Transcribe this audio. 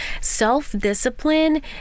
self-discipline